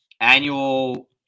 Annual